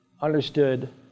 understood